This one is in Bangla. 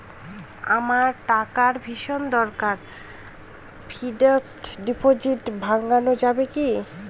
আমার টাকার ভীষণ দরকার ফিক্সট ডিপোজিট ভাঙ্গানো যাবে কি?